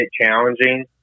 challenging